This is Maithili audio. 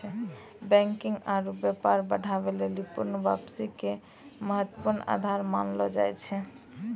बैंकिग आरु व्यापार बढ़ाबै लेली पूर्ण वापसी के महत्वपूर्ण आधार मानलो जाय छै